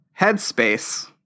Headspace